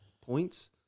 points